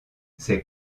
ces